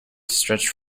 stretched